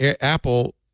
Apple